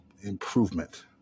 improvement